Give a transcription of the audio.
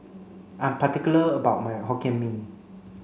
I'm particular about my Hokkien Mee